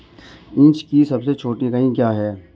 Inch की सबसे छोटी इकाई क्या है?